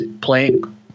playing